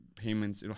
payments